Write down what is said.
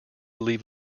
leave